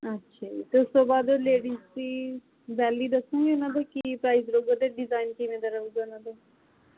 ਅੱਛਾ ਜੀ ਅਤੇ ਉਸ ਤੋਂ ਬਾਅਦ ਲੇਡੀਜ਼ ਦੀ ਵੈਲੀ ਦੱਸੂਗੇ ਉਹਨਾਂ ਦਾ ਕੀ ਪ੍ਰਾਈਜ਼ ਰਹੂਗਾ ਅਤੇ ਡਿਜ਼ਾਈਨ ਕਿਵੇਂ ਦਾ ਰਹੂਗਾ ਉਨ੍ਹਾਂ ਦਾ